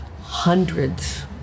hundreds